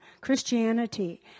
Christianity